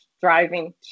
driving